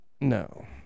No